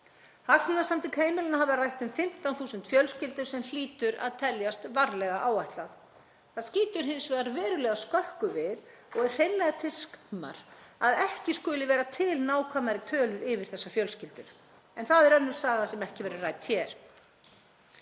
Hagsmunasamtök heimilanna hafa rætt um 15.000 fjölskyldur sem hlýtur að teljast varlega áætlað. Það skýtur hins vegar verulega skökku við og er hreinlega til skammar að ekki skuli vera til nákvæmari tölur yfir þessar fjölskyldur, en það er önnur saga sem ekki verður rædd hér.